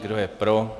Kdo je pro?